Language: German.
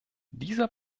dieser